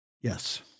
yes